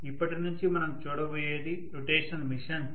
ఇప్పటినుంచి మనం చూడబోయేది rotational machines